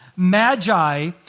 magi